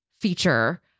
feature